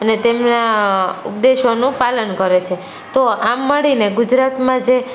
અને તેમના ઉપદેશોનું પાલન કરે છે તો આમ મળીને ગુજરાતમાં જે